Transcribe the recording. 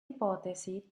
ipotesi